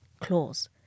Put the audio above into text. clause